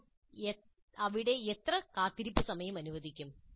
ഞാൻ അവിടെ എത്ര കാത്തിരിപ്പ് സമയം അനുവദിക്കും